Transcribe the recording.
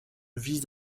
vis